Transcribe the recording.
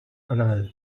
another